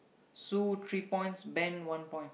Sue three points Ben one point